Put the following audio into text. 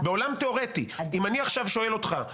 בעולם תיאורטי, אם אני עכשיו שואל אותך.